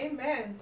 Amen